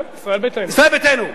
ישראל ביתנו.